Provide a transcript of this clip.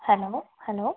hello hello